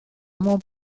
mor